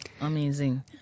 Amazing